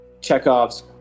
Chekhov's